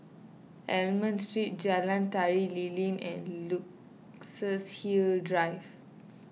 Almond Street Jalan Tari Lilin and Luxus Hill Drive